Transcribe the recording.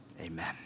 amen